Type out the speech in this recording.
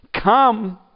come